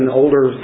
older